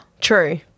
True